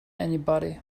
anybody